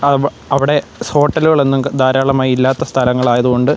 അവ അവിടെ ഹോട്ടലുകളൊന്നും ധാരാളമായി ഇല്ലാത്ത സ്ഥലങ്ങൾ ആയതുകൊണ്ട്